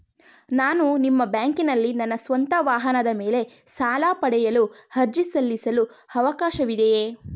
ನಾನು ನಿಮ್ಮ ಬ್ಯಾಂಕಿನಲ್ಲಿ ನನ್ನ ಸ್ವಂತ ವಾಹನದ ಮೇಲೆ ಸಾಲ ಪಡೆಯಲು ಅರ್ಜಿ ಸಲ್ಲಿಸಲು ಅವಕಾಶವಿದೆಯೇ?